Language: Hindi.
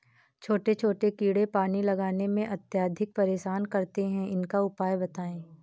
छोटे छोटे कीड़े पानी लगाने में अत्याधिक परेशान करते हैं इनका उपाय बताएं?